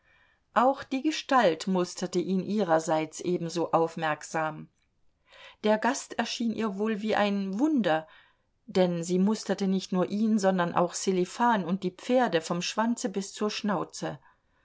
auch die gestalt musterte ihn ihrerseits ebenso aufmerksam der gast erschien ihr wohl wie ein wunder denn sie musterte nicht nur ihn sondern auch sselifan und die pferde vom schwanze bis zur schnauze